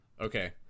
Okay